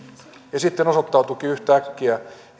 ja sitten osoittautuikin yhtäkkiä